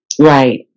Right